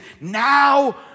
Now